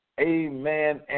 Amen